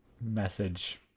message